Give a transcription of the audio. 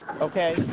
okay